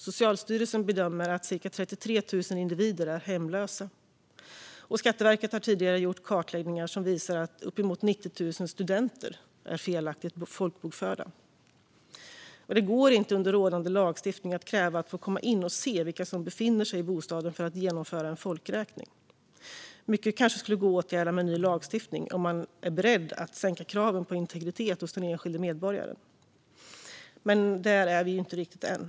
Socialstyrelsen bedömer att cirka 33 000 individer är hemlösa. Och Skatteverket har tidigare gjort kartläggningar som visar att uppemot 90 000 studenter är felaktigt folkbokförda. Det går inte att under rådande lagstiftning kräva att få komma in och se vilka som befinner sig i bostaden för att genomföra en folkräkning. Mycket skulle kanske gå att åtgärda med ny lagstiftning, om man är beredd att sänka kraven på integritet för den enskilde medborgaren. Men där är vi inte riktigt ännu.